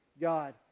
God